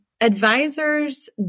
advisors